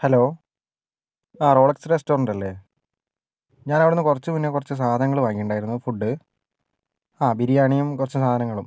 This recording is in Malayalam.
ഹലോ ആ റോളക്സ് റെസ്റ്റോറൻറ്റ് അല്ലേ ഞാനവിടുന്ന് കുറച്ച് മുന്നേ കുറച്ച് സാധനങ്ങൾ വാങ്ങിയിട്ടുണ്ടായിരുന്നു ഫുഡ് ആ ബിരിയാണിയും കുറച്ച് സാധനങ്ങളും